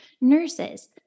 nurses